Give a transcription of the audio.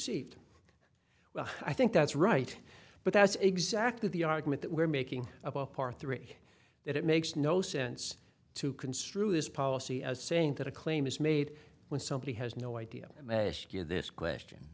well i think that's right but that's exactly the argument that we're making about par three that it makes no sense to construe this policy as saying that a claim is made when somebody has no idea this question